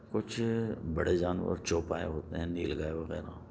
کچھ بڑے جانور چوپائے ہوتے ہیں نیل گائے وغیرہ